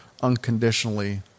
unconditionally